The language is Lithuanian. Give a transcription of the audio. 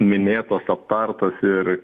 minėtos apartos ir